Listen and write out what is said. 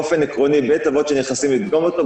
באופן עקרוני בית אבות שנכנסים לדגום אותו,